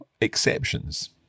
exceptions